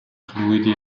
fluidi